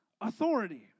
authority